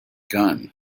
gun